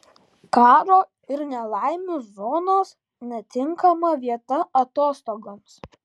karo ir nelaimių zonos netinkama vieta atostogoms